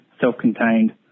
self-contained